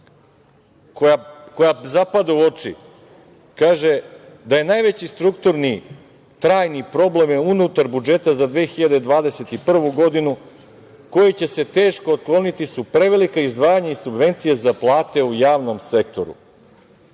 koja zapada u oči, kaže da je najveći strukturni trajni problem unutar budžeta za 2021. godinu, koji će se teško otkloniti su prevelika izdvajanja za subvencije i plate u javnom sektoru